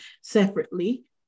separately